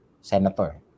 senator